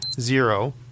zero